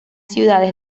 ciudades